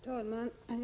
Herr talman!